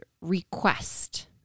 request